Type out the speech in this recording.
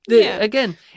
Again